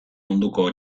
munduko